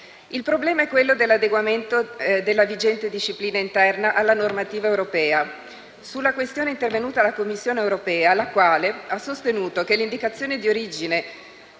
Il problema è quello dell'adeguamento della vigente disciplina interna alla normativa europea. Sulla questione è intervenuta la Commissione europea, la quale ha sostenuto che l'indicazione d'origine